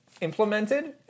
implemented